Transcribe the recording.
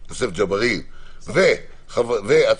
וכן,